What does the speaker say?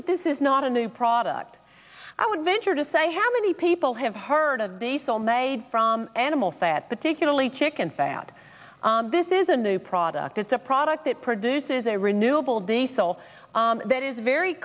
that this is not a new product i would venture to say how many people have heard of basal made from animal fat particularly chicken fat this is a new product it's a product that produces a renewa